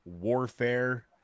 warfare